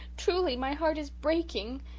truly, my heart is breaking.